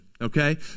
okay